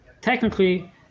technically